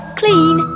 clean